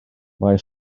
mae